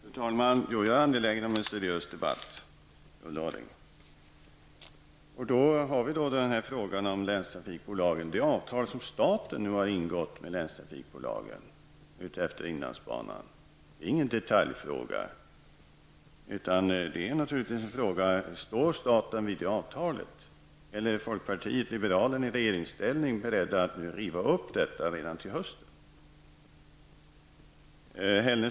Fru talman! Även jag är angelägen om att föra en seriös debatt, Ulla Orring. Det avtal som staten har ingått med länstrafikbolagen utefter inlandsbanan rör inte en detaljfråga. Frågan är naturligtvis om staten står fast vid det avtalet. Är folkpartiet liberalerna, om de hamnar i regeringsställning, beredda att riva upp avtalet redan i höst?